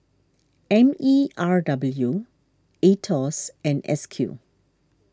M E R W Aetos and S Q